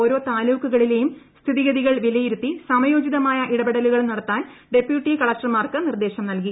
ഓരോ താലൂക്കുകളിലെയും സ്ഥിതിഗതികൾ വിലയിരുത്തി സമയോചിതമായ ഇടപെടലുകൾ നടത്താൻ ഡെപ്യൂട്ടി കളക്ടർമാർക്ക് നിർദേശം നൽകി